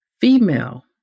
female